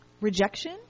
rejection